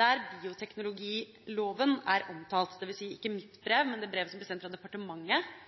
der bioteknologiloven er omtalt, jf. Dokument 8:41 S for 2011–2012. Bioteknologiloven er, som